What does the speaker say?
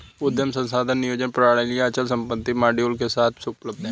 उद्यम संसाधन नियोजन प्रणालियाँ अचल संपत्ति मॉड्यूल के साथ उपलब्ध हैं